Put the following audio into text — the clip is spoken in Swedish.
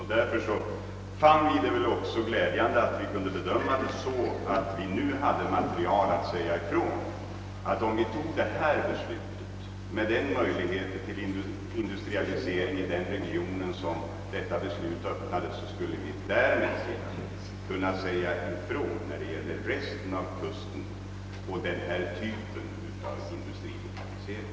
Vi fann det glädjande att vi nu hade ett material som gjorde det möjligt för oss att säga: Om vi tar detta beslut, med den möjlighet till industrialisering inom en ur den synpunkten angelägen region som det öppnar, kan vi säga ifrån när det gäller denna typ av industrilokalisering beträffande resten av kusten.